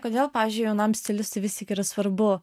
kodėl pavyzdžiui jaunam stilius vis tik yra svarbu